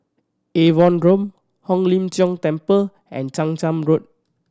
Avon Road Hong Lim Jiong Temple and Chang Charn Road